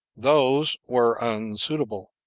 those were unsuitable.